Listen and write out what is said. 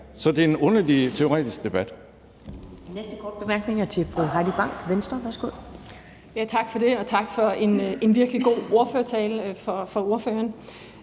så det er en underlig teoretisk debat.